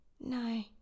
No